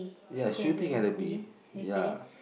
ya shooting at the bee ya